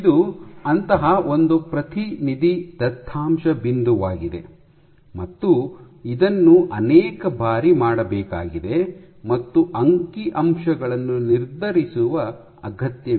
ಇದು ಅಂತಹ ಒಂದು ಪ್ರತಿನಿಧಿ ದತ್ತಾಂಶ ಬಿಂದುವಾಗಿದೆ ಮತ್ತು ಇದನ್ನು ಅನೇಕ ಬಾರಿ ಮಾಡಬೇಕಾಗಿದೆ ಮತ್ತು ಅಂಕಿಅಂಶಗಳನ್ನು ನಿರ್ಧರಿಸುವ ಅಗತ್ಯವಿದೆ